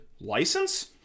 license